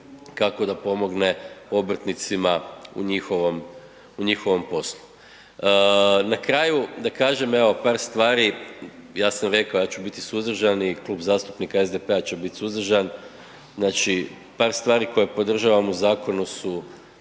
kako da pomogne obrtnicima u njihovom poslu. Na kraju da kažem evo par stvari, ja sam rekao ja ću biti suzdržan i Klub zastupnika SDP-a će biti suzdržan, znači par stvari koje podržavamo u zakonu su